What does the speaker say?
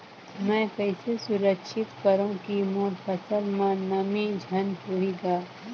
मैं कइसे सुरक्षित करो की मोर फसल म नमी झन होही ग?